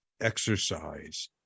exercise